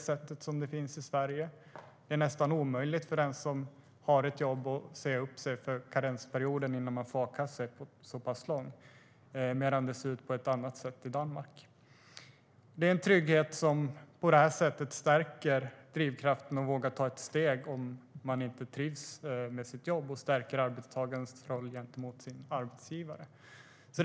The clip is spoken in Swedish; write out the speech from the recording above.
Här är det nästan omöjligt för den som har ett jobb att säga upp sig, för karensperioden innan man får a-kassa är så pass lång. Det ser dock ut på ett annat sätt i Danmark, och det är en trygghet som stärker drivkraften att våga ta steget om man inte trivs med sitt jobb. Det stärker arbetstagarens roll gentemot arbetsgivaren.